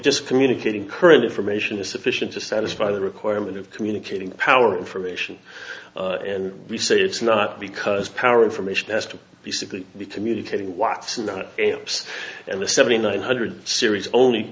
just communicating current information is sufficient to satisfy the requirement of communicating power information and we say it's not because power information has to basically be communicating what's in the amps and the seventy nine hundred series only